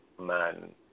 man